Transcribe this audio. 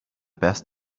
best